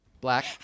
Black